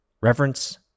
Reverence